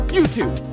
YouTube